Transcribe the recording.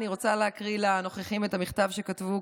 אני רוצה להקריא לנוכחים את המכתב שכתבו,